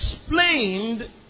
explained